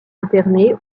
interné